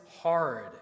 hard